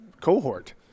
cohort